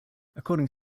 according